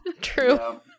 True